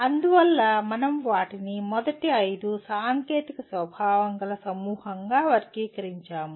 అందువల్ల మనం వాటిని మొదటి 5 సాంకేతిక స్వభావం గల సమూహంగా వర్గీకరించాము